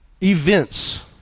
Events